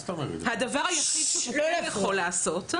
הדבר היחיד שהוא כן יכול לעשות,